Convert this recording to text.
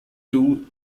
two